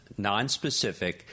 nonspecific